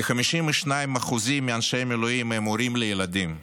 כ-52% מאנשי המילואים הם הורים לילדים.